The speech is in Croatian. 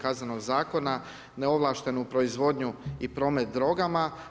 Kaznenog zakona, neovlaštenu proizvodnju i promet drogama.